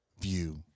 view